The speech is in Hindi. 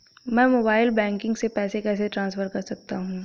मैं मोबाइल बैंकिंग से पैसे कैसे ट्रांसफर कर सकता हूं?